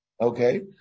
Okay